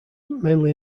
mainly